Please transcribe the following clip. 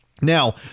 Now